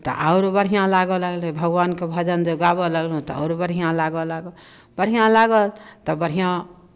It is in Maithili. तऽ आओर बढ़िआँ लागय लगलै भगवानके भजन जे गाबय लगलहुँ तऽ आओर बढ़िआँ लागय लागल बढ़िआँ लागल तऽ बढ़िआँ